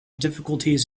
difficulties